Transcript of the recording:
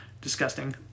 disgusting